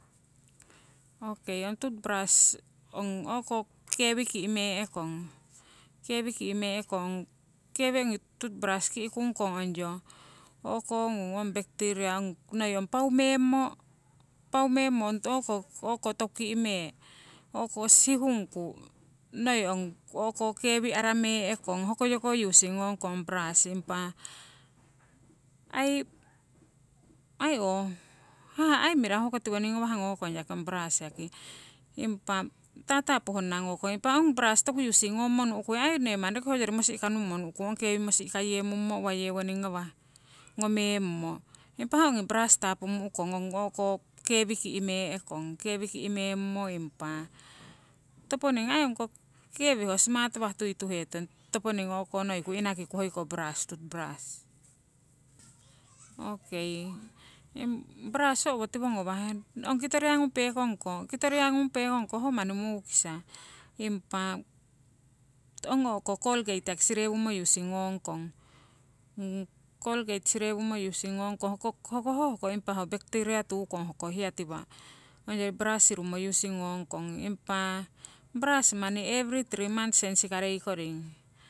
Okei, ong toothbrush ong o'ko kewi ki'mee'kong, kewi ki'mee'kong. Kewi ongi toothbrush ki'mee'kong ongo o'ko ngung bacteria, noi ong pau memmo, pau memmo ong o'ko toku ki'mee' sihungku, noi ong kewi aramee'kong hokoyoko using ngongkong ong brush. Impa aii ooh haha' aii mirahu hoko tiwoning ngawah ngokong brush yaki, impah tatapu honna ngokong. Impa ong bras toku using ngomo nu'kui aii nee manni roki noyori mosi'ka nummo nu'kung, ong kewi mosi'ka yemummo uwa yewoning ngawah ngomemmo. Impa ho ongi brush tapumu'kong ong o'ko kewi ki'mee'kong, kewi ki'memmo impa toponing ongko kewi smat ngawah tuituhetong toponing o'konoiku inakiku hoiko brush toothbrush. okei brush ho owotiwo ngawah, ong kitoriya ngung pekong ko, kitoriya ngung pekong ko ho manni mukisa. Impa ong o'ko colgate yaki sirewungmo using ngongkong, colgate sirewungmo using ngongkong hoko ho hoko impa ho hiya bacteria tukong hoko hiya tiwa'. Ongyori brush sirungmo using ngongkong, impa brush manni every three months sensikarei koring.